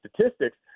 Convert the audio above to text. statistics